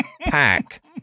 pack